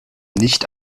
nicht